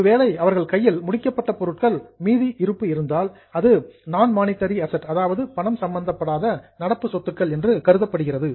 ஒருவேளை அவர்கள் கையில் முடிக்கப்பட்ட பொருட்கள் மீதி இருப்பு இருந்தால் அது நான் மானிட்டரி கரண்ட் அசட்ஸ் பணம் சம்பந்தப்படாத நடப்பு சொத்துக்கள் என்று கருதப்படுகிறது